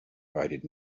provided